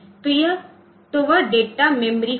तो वह data memory होगी